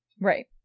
Right